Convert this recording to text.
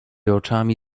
oczami